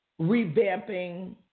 revamping